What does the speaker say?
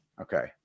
Okay